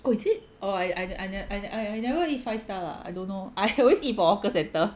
oh is it or I I I never eat five star lah I don't know I always eat for hawker centre